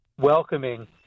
welcoming